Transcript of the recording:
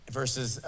versus